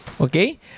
okay